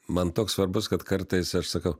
man toks svarbus kad kartais aš sakau